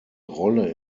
rolle